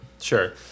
Sure